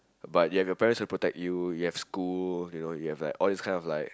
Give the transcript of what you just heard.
but you have your parents protect you you have school you know you've like all these kind of like